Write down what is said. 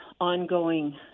ongoing